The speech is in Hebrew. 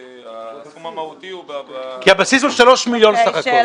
הסכום המהותי הוא --- כי הבסיס הוא 3 מיליון סך הכול.